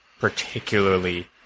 particularly